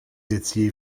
étiez